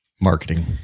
Marketing